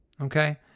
okay